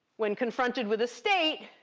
when confronted with a state,